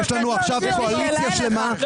יש לנו עכשיו קואליציה שלמה שתומכת בנו.